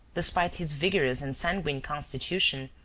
despite his vigorous and sanguine constitution,